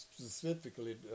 specifically